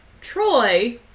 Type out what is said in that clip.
Troy